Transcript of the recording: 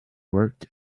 worked